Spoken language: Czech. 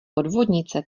podvodnice